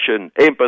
empathy